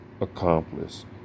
accomplished